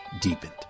deepened